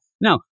No